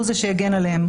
הוא זה שהגן עליהן,